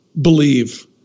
believe